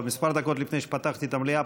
כמה דקות לפני שפתחתי את המליאה,